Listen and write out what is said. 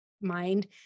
mind